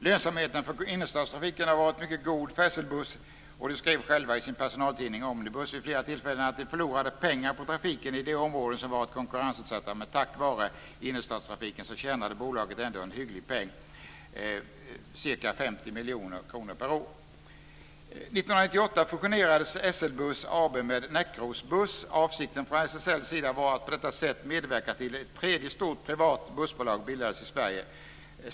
Lönsamheten för innerstadstrafiken har varit mycket god för SL Buss. Man skrev själv i sin personaltidning Omnibuss vid flera tillfällen att man förlorade pengar på trafiken i de områden som varit konkurrensutsatta, men tack vare innerstadstrafiken tjänade bolaget ändå en hygglig peng, ca 50 miljoner kronor per år. 1998 fusionerades SL Buss AB med Näckrosbuss. Avsikten från SLL:s sida var att på detta sätt medverka till att ett tredje stort privat bussbolag bildades i Sverige.